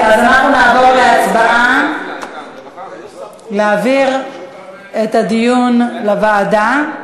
אז אנחנו נעבור להצבעה, להעביר את הדיון לוועדה.